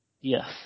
Yes